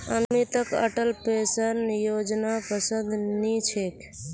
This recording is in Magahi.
अमितक अटल पेंशन योजनापसंद नी छेक